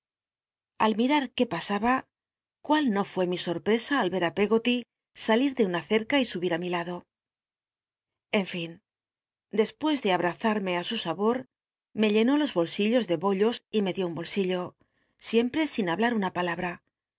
al mimr qué pasaba cu il no rué mi sor ll'esa al er i peggoly salir de una cerca y subir i mi lado en fin despucs de abrazarme á su sabor me llenó los bolsillos de bollos y me dió un bolsillo siempre sin habla una palabra